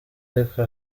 ariko